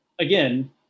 again